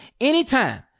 anytime